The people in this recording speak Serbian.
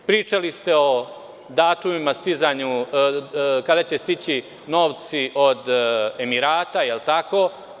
Pričali ste o datumima kada će stići novci od Emirata, je li tako?